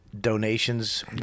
donations